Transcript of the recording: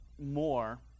more